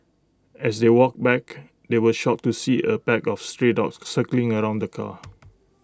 as they walked back they were shocked to see A pack of stray dogs circling around the car